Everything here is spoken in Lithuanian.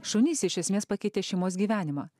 šunys iš esmės pakeitė šeimos gyvenimą